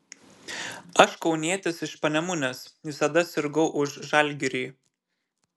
aš kaunietis iš panemunės visada sirgau už žalgirį